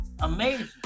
amazing